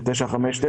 ב-959.